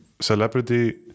celebrity